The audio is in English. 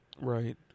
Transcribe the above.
Right